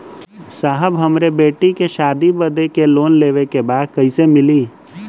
साहब हमरे बेटी के शादी बदे के लोन लेवे के बा कइसे मिलि?